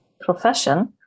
profession